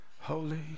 Holy